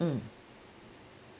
mm